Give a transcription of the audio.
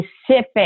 specific